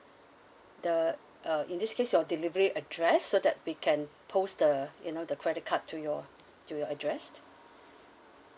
the uh in this case your delivery address so that we can post the you know the credit card to your to your address